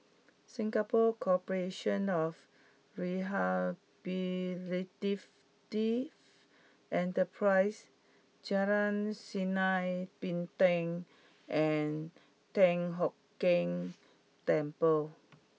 Singapore Corporation of Rehabilitative Enterprises Jalan Sinar Bintang and Tian Keng Temple